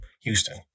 Houston